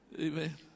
Amen